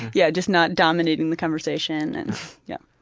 yeah just not dominating the conversation and, yep.